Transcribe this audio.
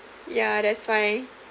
ya that's why